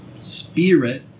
spirit